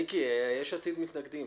מיקי, יש עתיד מתנגדים.